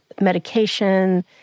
medication